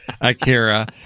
Akira